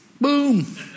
Boom